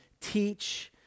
teach